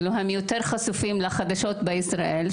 הם חשופים יותר לחדשות בישראל,